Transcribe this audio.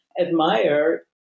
admire